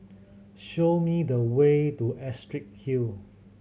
show me the way to Astrid Hill